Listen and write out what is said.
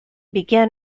began